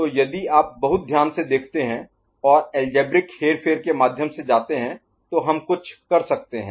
तो यदि आप बहुत ध्यान से देखते हैं और अलजेब्रिक हेरफेर के माध्यम से जाते हैं तो हम कुछ कर सकते हैं